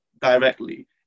directly